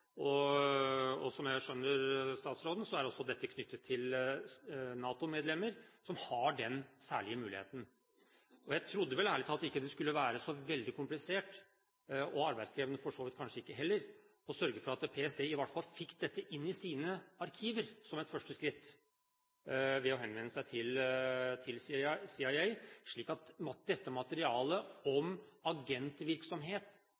Og slik jeg skjønner statsråden, er dette også knyttet til NATO-medlemmer, som har den særlige muligheten. Jeg trodde vel ærlig talt ikke det skulle være så veldig komplisert og for så vidt heller ikke så arbeidskrevende å sørge for at PST i hvert fall fikk dette inn i sine arkiver – som et første skritt – ved å henvende seg til